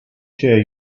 share